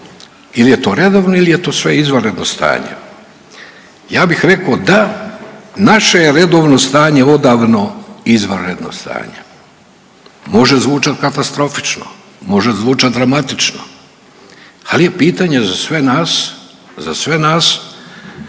ili je to redovno ili je to sve izvanredno stanje. Ja bih rekao da naše je redovno stanje odavno izvanredno stanje. Može zvučat katastrofično, može zvučat dramatično, ali je pitanje za sve nas, za sve nas